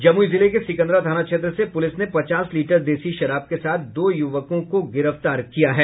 जमुई जिले के सिकंदरा थाना क्षेत्र से पुलिस ने पचास लीटर देसी शराब के साथ दो युवकों को गिरफ्तार कर किया है